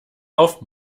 auf